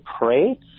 pray